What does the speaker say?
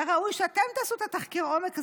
היה ראוי שאתם תעשו את תחקיר העומק הזה.